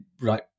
right